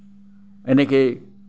এনেকেই